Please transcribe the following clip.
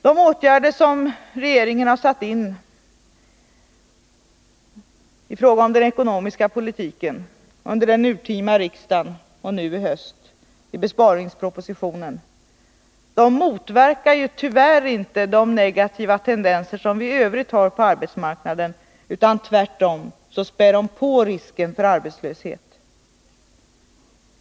De åtgärder som regeringen har satt in i fråga om den ekonomiska politiken under den urtima riksdagen och nu i besparingspropositionen motverkar tyvärr inte de negativa tendenserna som vi i övrigt har på arbetsmarknaden, utan tvärtom spär de på risken för arbetslöshet.